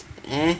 eh